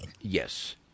yes